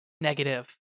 negative